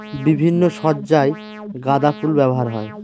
বিভিন্ন সজ্জায় গাঁদা ফুল ব্যবহার হয়